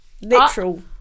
literal